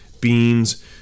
Beans